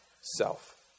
self